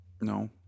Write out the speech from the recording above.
No